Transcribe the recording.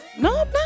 No